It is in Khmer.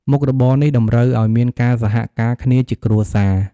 មុខរបរនេះតម្រូវឱ្យមានការសហការគ្នាជាគ្រួសារ។